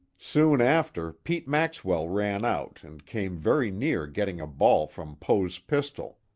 soon after, pete maxwell ran out, and came very near getting a ball from poe's pistol.